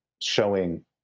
showing